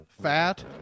Fat